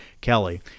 Kelly